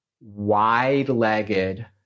wide-legged